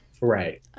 Right